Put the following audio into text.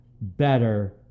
better